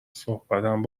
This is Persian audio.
صحبتم